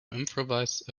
improvise